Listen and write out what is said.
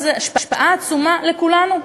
השפעה עצומה על כולנו.